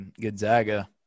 Gonzaga